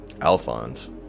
Alphonse